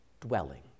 dwelling